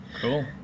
Cool